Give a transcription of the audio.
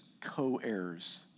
co-heirs